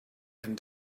and